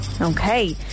Okay